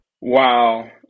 Wow